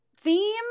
theme